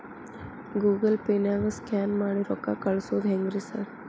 Google ಪೇನಾಗ scan ಮಾಡಿ ರೊಕ್ಕಾ ಕಳ್ಸೊದು ಹೆಂಗ್ರಿ ಸಾರ್?